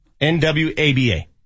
N-W-A-B-A